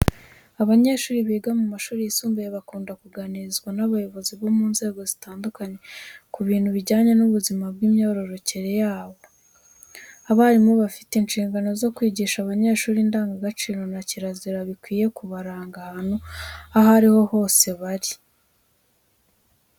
Abanyeshuri biga mu mashuri yisumbuye bakunda kuganirizwa n'abayobozi bo mu nzego zitandukanye ku bintu bijyanye n'ubuzima bw'imyororokere yabo. Abarimu bafite inshingano zo kwigisha abanyeshuri indangagaciro na kirazira bikwiye kubaranga ahantu aho ari ho hose bari.